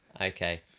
Okay